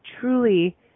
truly